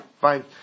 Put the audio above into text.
Fine